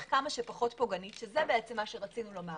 כמה שפחות פוגענית שזה מה שרצינו לומר